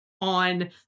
on